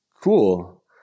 cool